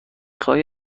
خواهی